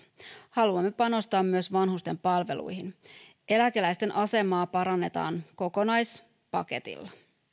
haluamme panostaa myös vanhusten palveluihin eläkeläisten asemaa parannetaan kokonaispaketilla